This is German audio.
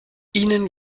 ihnen